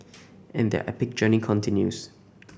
and their epic journey continues